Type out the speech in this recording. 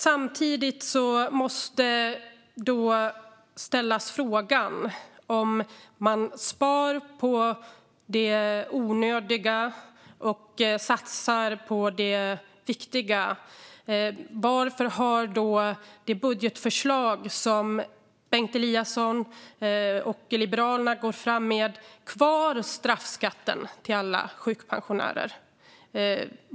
Samtidigt måste frågorna ställas: Om man spar på det onödiga och satsar på det nödvändiga, varför har då det budgetförslag som Bengt Eliasson och Liberalerna går fram med kvar straffskatten för alla sjukpensionärer?